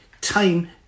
time